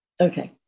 Okay